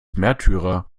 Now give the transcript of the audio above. märtyrer